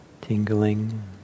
tingling